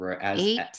eight